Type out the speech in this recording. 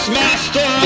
master